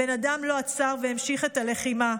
הבן אדם לא עצר והמשיך את הלחימה.